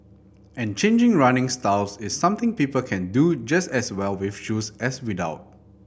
and changing running styles is something people can do just as well with shoes as without